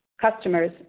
customers